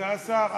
נמצא השר?